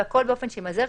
והכול באופן שימזער,